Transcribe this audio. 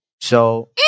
So-